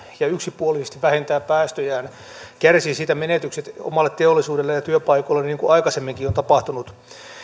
ja yksipuolisesti vähentää päästöjään ja kärsii siitä menetykset omalle teollisuudelleen ja työpaikoilleen niin kuin aikaisemminkin on tapahtunut